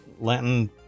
Latin